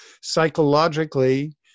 psychologically